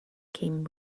came